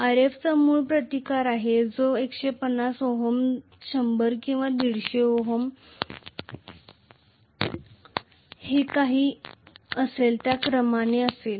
Rf हा मूळचा resistance आहे जो 150 Ω 100 Ω किंवा 150 Ω जे काही असेल त्या क्रमाने असेल